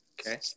Okay